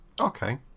Okay